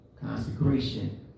Consecration